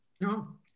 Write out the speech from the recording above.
No